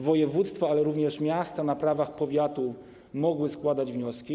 Województwa, ale również miasta na prawach powiatu mogły składać wnioski.